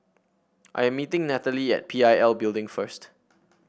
I am meeting Nathaly at P I L Building first